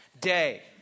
day